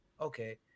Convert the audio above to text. okay